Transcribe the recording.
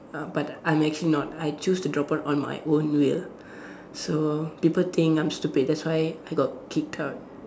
uh but I'm actually not I choose to drop out on my own will so people think I'm stupid that's why I got kicked out